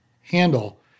handle